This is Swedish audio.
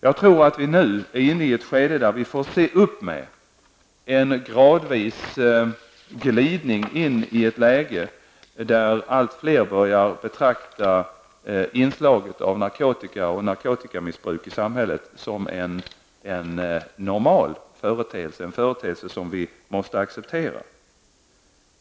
Jag tror att vi nu är inne i ett skede där det gäller att se upp med en gradvis glidning in i ett läge där allt fler börjar betrakta inslaget av narkotika och narkotikamissbruk i samhället som en normal företeelse, en företeelse som vi måste acceptera.